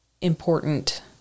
important